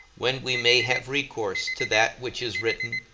when we may have recourse to that which is written,